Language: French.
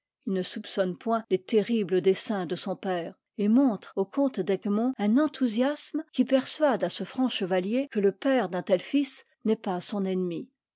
il ne soupçonne point les terribles desseins de son père et montre au comte d'egmont un enthousiasme qui persuade à ce franc chevalier que le père d'un tel fils n'est pas son ennemi